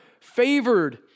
favored